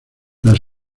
las